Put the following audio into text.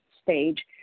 Stage